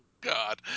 god